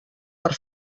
per